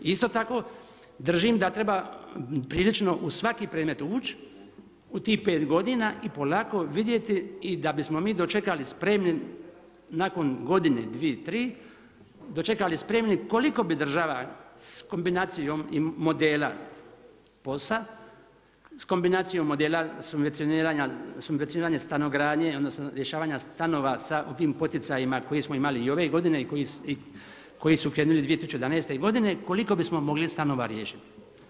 Isto tako držim da treba prilično u svaki predmet ući u tih 5 godina i polako vidjeti i da bismo mi dočekali spremni nakon godine, dvije, tri, dočekali spremni koliko bi država kombinacijom modela POS-a, sa kombinacijom modela subvencioniranja stanogradnje odnosno rješavanje stanova sa ovim poticajima koje smo imali i ove godine i koji su krenuli 2011. godine, koliko bismo mogli stanova riješiti.